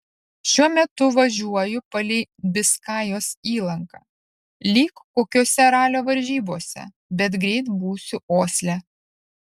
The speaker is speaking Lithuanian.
šiuo metu važiuoju palei biskajos įlanką lyg kokiose ralio varžybose bet greit būsiu osle